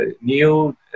new